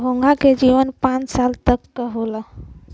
घोंघा क जीवन पांच साल तक क होला